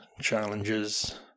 challenges